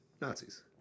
Nazis